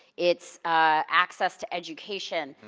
it's access to education.